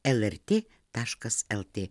lrt taškas lt